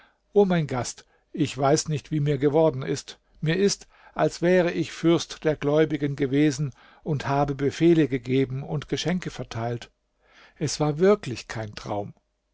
o mein gast ich weiß nicht wie mir geworden ist mir ist als wäre ich fürst der gläubigen gewesen und habe befehle gegeben und geschenke verteilt es war wirklich kein traum